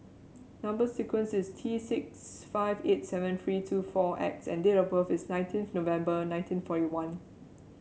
number sequence is T six five eight seven three two four X and date of birth is nineteenth November nineteen forty one